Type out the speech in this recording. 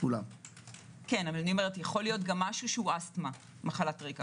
אבל יכול להיות גם אסטמה מחלת רקע.